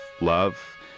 love